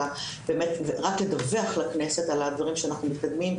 אלא באמת רק לדווח לכנסת על הדברים שאנחנו מתקדמים,